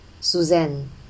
Suzanne